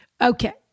Okay